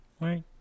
right